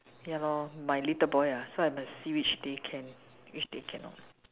ya lor my little boy ah so I must see which day can which day cannot